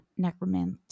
necromant